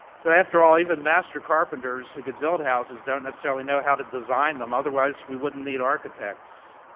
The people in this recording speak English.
so, after all, even master carpenters who could build houses don't necessarily know how to design them. otherwise, we wouldn't need architects.